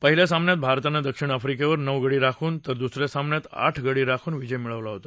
पहिल्या सामन्यात भारतानं दक्षिण आफ्रिकेवर नऊ गडी राखून तर द्सऱ्या सामन्यात आठ गडी राखून विजय मिळवला होता